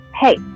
Hey